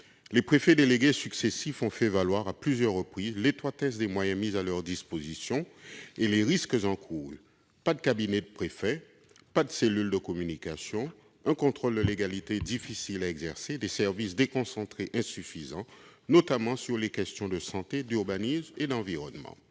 Les préfets délégués successifs ont fait valoir à plusieurs reprises le manque de moyens mis à leur disposition et les risques encourus : pas de cabinet du préfet, pas de cellule de communication, un contrôle de légalité difficile à exercer, des services déconcentrés insuffisants, notamment dans les domaines de la santé, de l'urbanisme et de l'environnement.